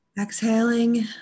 exhaling